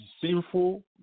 sinful